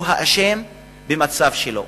הוא האשם במצב שלו.